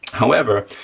however,